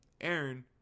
Aaron